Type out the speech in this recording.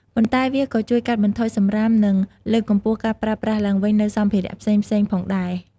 ប៉ុន្តែវាក៏ជួយកាត់បន្ថយសំរាម និងលើកកម្ពស់ការប្រើប្រាស់ឡើងវិញនូវសម្ភារៈផ្សេងៗផងដែរ។